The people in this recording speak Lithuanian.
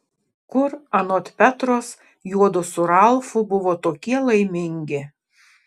kur anot petros juodu su ralfu buvo tokie laimingi